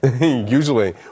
Usually